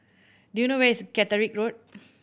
do you know where is Caterick Road